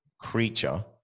creature